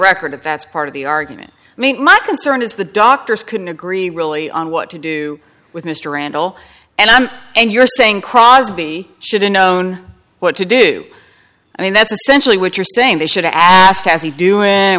record and that's part of the argument i mean my concern is the doctors couldn't agree really on what to do with mr randall and i'm and you're saying crosby shouldn't known what to do i mean that's essentially what you're saying they should i asked as he doing